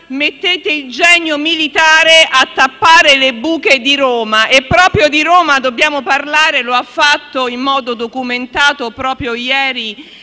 mettete il genio militare a tappare le buche di Roma. E proprio di Roma dobbiamo parlare, come ha fatto in modo documentato proprio ieri